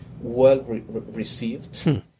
well-received